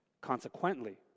Consequently